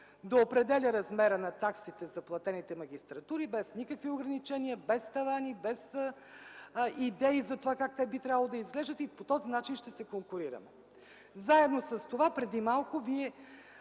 да определя размера на таксите за платените магистратури без никакви ограничения, без тавани, без идеи за това как те би трябвало да изглеждат и по този начин ще се конкурираме. Заедно с това преди малко